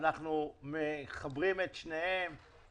אנחנו נמשיך הלאה.